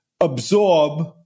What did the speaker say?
absorb